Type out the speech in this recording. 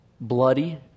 bloody